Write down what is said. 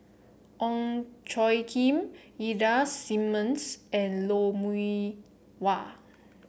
Ong Tjoe Kim Ida Simmons and Lou Mee Wah